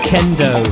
Kendo